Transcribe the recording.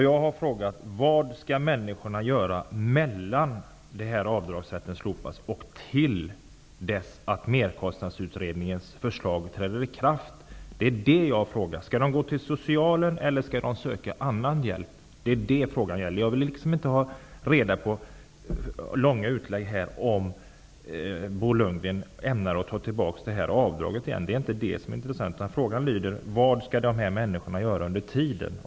Jag har frågat vad människorna skall göra efter det att avdragsrätten slopas och fram till dess att Skall de gå till socialen eller skall de söka annan hjälp? Det är detta min fråga gäller. Jag vill inte ha långa utläggningar om huruvida Bo Lundgren ämnar att ta tillbaka avdraget igen. Det är inte det som är intressant. Frågan lyder: Vad skall dessa människor göra under tiden?